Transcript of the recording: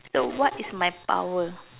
so what is my power